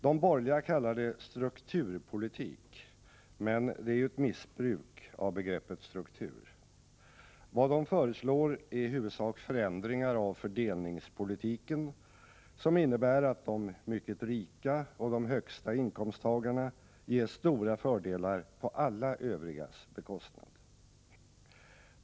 De borgerliga kallar det strukturpolitik, men det är ju ett missbruk av begreppet struktur. Vad de föreslår är i huvudsak förändringar av fördelningspolitiken, som innebär att de mycket rika och de högsta inkomsttagarna ges stora fördelar på alla övrigas bekostnad.